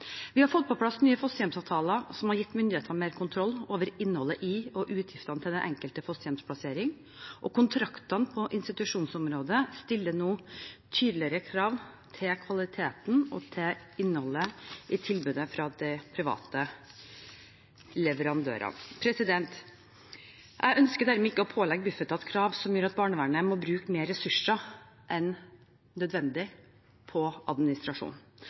Vi har fått på plass nye fosterhjemsavtaler, som har gitt myndighetene mer kontroll over innholdet i og utgiftene til den enkelte fosterhjemsplassering, og kontraktene på institusjonsområdet stiller nå tydeligere krav til kvaliteten og til innholdet i tilbudet fra de private leverandørene. Jeg ønsker dermed ikke å pålegge Bufetat krav som gjør at barnevernet må bruke mer ressurser enn nødvendig på administrasjon.